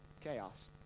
chaos